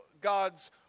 God's